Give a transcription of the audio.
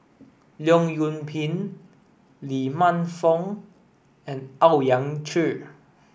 Leong Yoon Pin Lee Man Fong and Owyang Chi